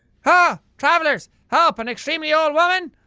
ah travelers! help an extremely old woman?